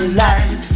light